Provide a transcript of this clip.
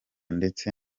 ndetse